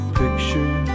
picture